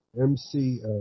MC